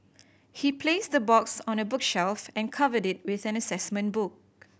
he placed the box on a bookshelf and covered it with an assessment book